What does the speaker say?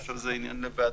אני חושב שזה עניין לוועדה,